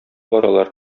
баралар